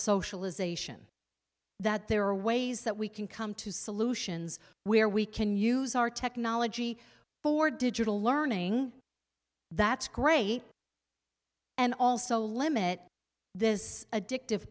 socialization that there are ways that we can come to solutions where we can use our technology for digital learning that's great and also limit this addictive